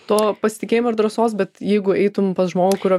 to pasitikėjimo ir drąsos bet jeigu eitum pas žmogų kurio